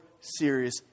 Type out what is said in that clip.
serious